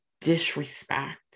disrespect